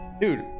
Dude